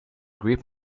grip